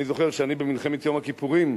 אני זוכר שאני במלחמת יום הכיפורים,